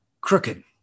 crooked